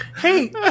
hey